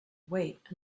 wait